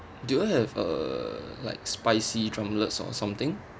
do you have uh like spicy drumlets or something